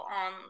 on